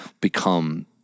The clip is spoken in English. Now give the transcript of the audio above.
become